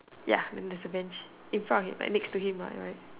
ya then there's a bench in front like next to him am I right